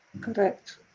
Correct